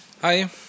Hi